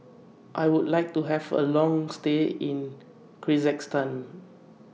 I Would like to Have A Long stay in Kyrgyzstan